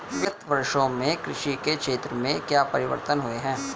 विगत वर्षों में कृषि के क्षेत्र में क्या परिवर्तन हुए हैं?